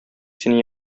сине